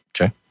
Okay